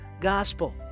gospel